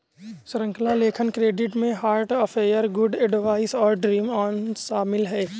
श्रृंखला लेखन क्रेडिट में हार्ट अफेयर, गुड एडवाइस और ड्रीम ऑन शामिल हैं